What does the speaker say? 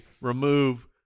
remove